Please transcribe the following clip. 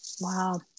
Wow